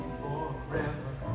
forever